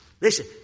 Listen